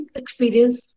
experience